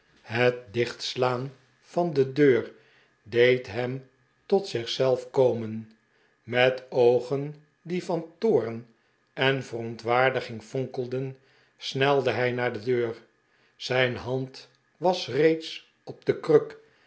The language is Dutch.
het dichtslaan van de deur deed hem tot zich zelf komen met oogen die van toorn en verontwaardiging fonkelden snelde hij naar de deur zijn hand was reeds op de kruk